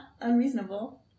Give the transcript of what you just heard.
unreasonable